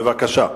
בבקשה.